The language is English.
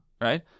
right